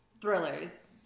thrillers